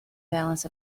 balance